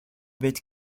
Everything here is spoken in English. bit